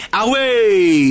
away